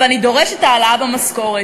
ואני דורשת העלאה במשכורת.